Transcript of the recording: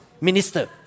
minister